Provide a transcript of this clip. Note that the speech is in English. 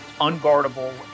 unguardable